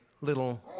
little